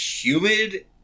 humid